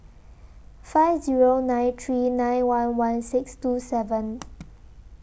five Zero nine three nine one one six two seven